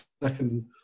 second